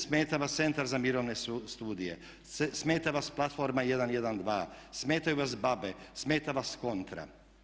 Smeta vas Centar za mirovne studije, smeta vas platforma 1-1-2, smetaju vas B.A.B.E., smeta vas Kontra.